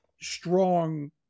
strong